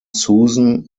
susan